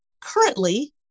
currently